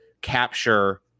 capture